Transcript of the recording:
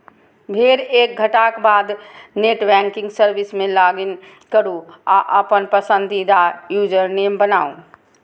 फेर एक घंटाक बाद नेट बैंकिंग सर्विस मे लॉगइन करू आ अपन पसंदीदा यूजरनेम बनाउ